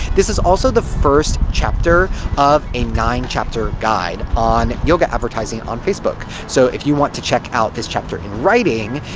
this is also the first chapter of a nine-chapter guide on yoga advertising on facebook. so, if you want to check out this chapter in writing,